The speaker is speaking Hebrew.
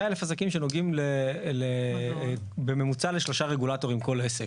100,000 עסקים שנוגעים בממוצע לשלושה רגולטורים כל עסק.